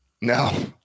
no